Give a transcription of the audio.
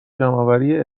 جمعآوری